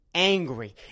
Angry